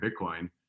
bitcoin